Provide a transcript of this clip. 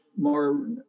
more